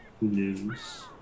news